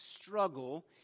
struggle